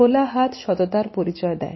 খোলা হাত সততার পরিচয় দেয়